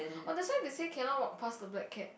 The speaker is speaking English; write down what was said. orh that's why they say cannot walk past the black cat